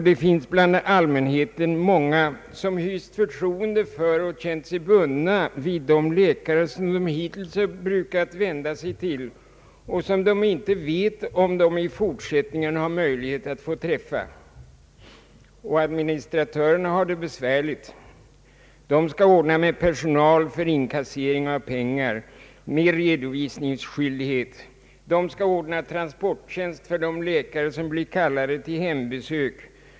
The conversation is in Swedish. Det finns bland allmänheten många som hyst företroende för och känt sig bundna vid läkare som de brukat vända sig till och som de inte vet om de i fortsättningen har möjlighet att få träffa. Och administratörerna har det besvärligt. De skall ordna med personal för inkassering av pengar, med redovisningsskyldighet. De skall ordna transporttjänst för de läkare som blir kallade till hembesök.